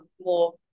more